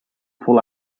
pull